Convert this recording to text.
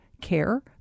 care